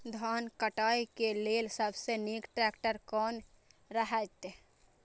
धान काटय के लेल सबसे नीक ट्रैक्टर कोन रहैत?